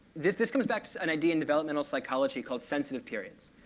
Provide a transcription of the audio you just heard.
this this comes back to an idea in developmental psychology called sensitive periods.